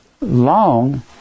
Long